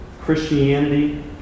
Christianity